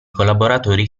collaboratori